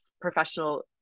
professional